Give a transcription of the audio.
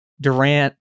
Durant